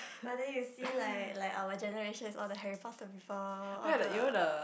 but then you see like like our generation is all the Harry-Potter's before all the